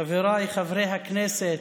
חבריי חברי הכנסת,